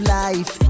life